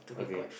okay